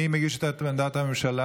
מי מגיש את עמדת הממשלה?